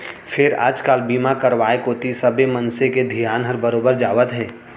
फेर आज काल बीमा करवाय कोती सबे मनसे के धियान हर बरोबर जावत हे